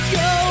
go